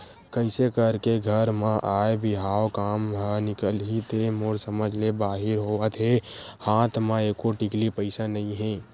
कइसे करके घर म आय बिहाव काम ह निकलही ते मोर समझ ले बाहिर होवत हे हात म एको टिकली पइसा नइ हे